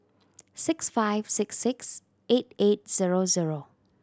six five six six eight eight zero zero